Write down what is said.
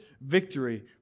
victory